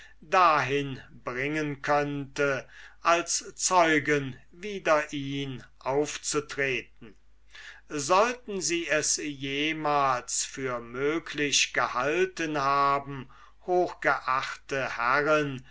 dahin bringen könnte als zeugen wider ihn aufzutreten sollten sie es jemals für möglich gehalten haben hochgeachte herren